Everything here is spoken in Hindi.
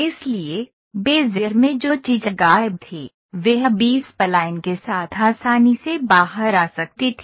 इसलिए बेज़ियर में जो चीज गायब थी वह बी स्पलाइन के साथ आसानी से बाहर आ सकती थी